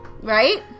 Right